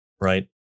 right